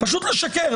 פשוט לשקר.